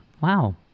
wow